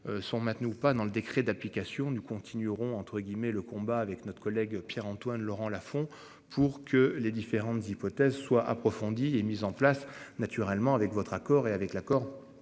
Sont maintenus ou pas dans le décret d'application. Nous continuerons entre guillemets le combat avec notre collègue Pierre-Antoine Laurent Lafon pour que les différentes hypothèses soit approfondi et mis en place naturellement avec votre accord et avec l'accord